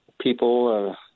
people